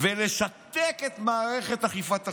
ולשתק את מערכת אכיפת החוק,